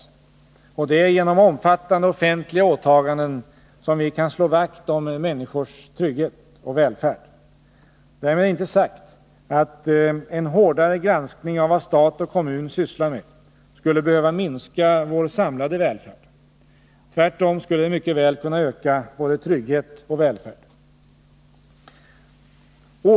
Och det 95 är genom omfattande offentliga åtaganden som vi kan slå vakt om människors trygghet och välfärd. Därmed är inte sagt att en hårdare granskning av vad stat och kommun sysslar med skulle behöva minska vår samlade välfärd. Tvärtom skulle det mycket väl kunna öka både trygghet och välfärd.